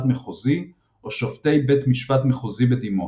מחוזי או שופטי בית משפט מחוזי בדימוס.